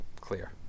clear